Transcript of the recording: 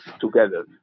together